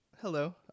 hello